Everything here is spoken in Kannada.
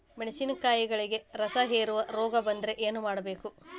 ಮೆಣಸಿನಕಾಯಿಗಳಿಗೆ ರಸಹೇರುವ ರೋಗ ಬಂದರೆ ಏನು ಮಾಡಬೇಕು?